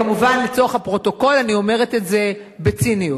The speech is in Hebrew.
כמובן, לצורך הפרוטוקול, אני אומרת את זה בציניות.